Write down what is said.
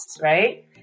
right